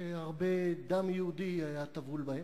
שהרבה דם יהודי היה טבול בהם.